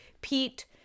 pete